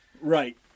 Right